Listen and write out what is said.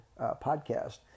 podcast